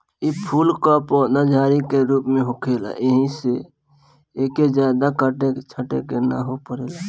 इ फूल कअ पौधा झाड़ी के रूप में होखेला एही से एके जादा काटे छाटे के नाइ पड़ेला